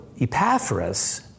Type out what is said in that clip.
Epaphras